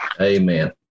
Amen